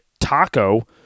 Taco